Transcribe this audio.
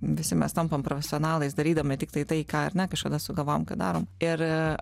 visi mes tampam profesionalais darydami tiktai tai ką ar ne kažkada sugalvojom kad darom ir